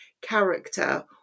character